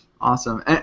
Awesome